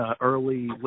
early